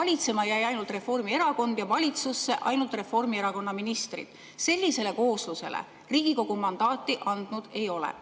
Valitsema jäi ainult Reformierakond ja valitsusse jäid ainult Reformierakonna ministrid. Sellisele kooslusele Riigikogu mandaati andnud ei ole.